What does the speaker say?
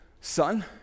son